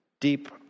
deep